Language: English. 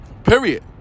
Period